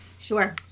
Sure